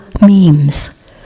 memes